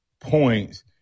points